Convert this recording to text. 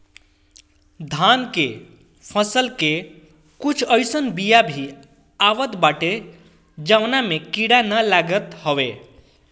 धान के फसल के कुछ अइसन बिया भी आवत बाटे जवना में कीड़ा ना लागत हवे